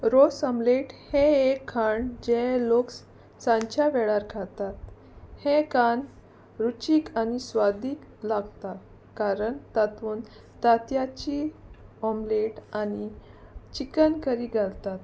रोस ऑमलेट हें एक खाण जे लोक सांच्या वेळार खातात हें खाण रुचीक आनी स्वादीक लागता कारण तातूंत तांतयाची ऑमलेट आनी चिकन करी घालतात